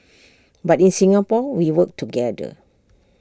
but in Singapore we work together